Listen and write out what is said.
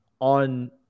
on